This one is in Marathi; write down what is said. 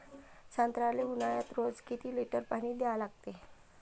संत्र्याले ऊन्हाळ्यात रोज किती लीटर पानी द्या लागते?